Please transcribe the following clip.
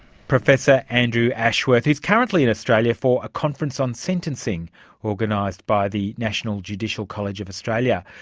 professor andrew ashworth, who is currently in australia for a conference on sentencing organised by the national judicial college of australia.